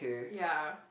yeah